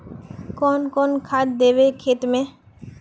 कौन कौन खाद देवे खेत में?